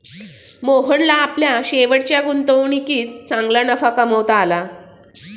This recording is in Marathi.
मोहनला आपल्या शेवटच्या गुंतवणुकीत चांगला नफा कमावता आला